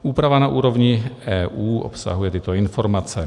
Úprava na úrovni EU obsahuje tyto informace: